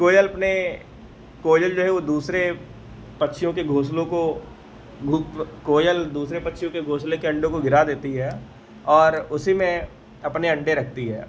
कोयल अपने कोयल जो है वह दूसरे पक्षियों के घोंसलों को कोयल दूसरे पक्षियों के घोंसले के अण्डों को गिरा देती है और उसी में अपने अण्डे रखती है